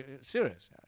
Serious